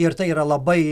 ir tai yra labai